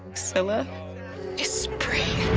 scylla is spree.